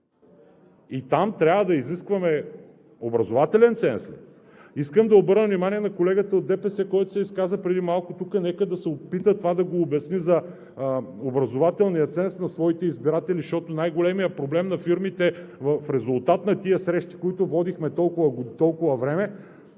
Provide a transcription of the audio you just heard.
И там трябва да изискваме образователен ценз ли? Искам да обърна внимание на колегата от ДПС, който се изказа преди малко тук – нека се опита да обясни за образователния ценз на своите избиратели, защото най-големият проблем на фирмите, в резултат на тези срещи, които водихме толкова време,